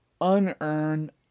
unearned